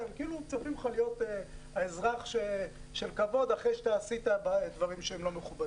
כאילו מצפים ממך להיות אזרח של כבוד אחרי שעשית דברים לא מכובדים.